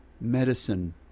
medicine